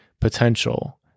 potential